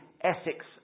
Essex